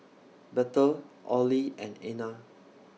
Bethel Ollie and Ena